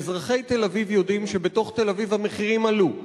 ואזרחי תל-אביב יודעים שבתוך תל-אביב המחירים עלו,